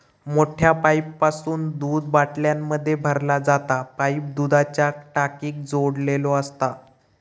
मोठ्या पाईपासून दूध बाटल्यांमध्ये भरला जाता पाईप दुधाच्या टाकीक जोडलेलो असता